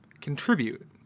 contribute